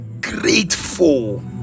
grateful